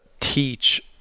teach